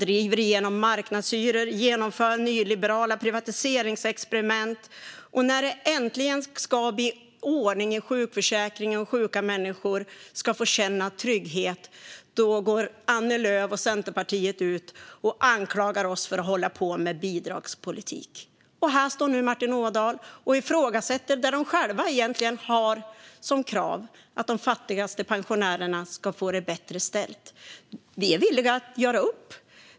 De driver igenom marknadshyror och genomför nyliberala privatiseringsexperiment, och när det äntligen ska bli ordning i sjukförsäkringen och sjuka människor ska få känna trygghet går Annie Lööf och Centerpartiet ut och anklagar oss för att hålla på med bidragspolitik. Här står nu Martin Ådahl och ifrågasätter något som hans eget parti egentligen har som krav, nämligen att de fattigaste pensionärerna ska få det bättre ställt. Vi är villiga att göra upp.